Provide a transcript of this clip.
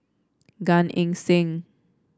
Gan Eng Seng